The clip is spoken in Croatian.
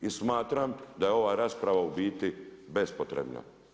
I smatram da je ova rasprava u biti bespotrebna.